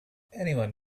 anyone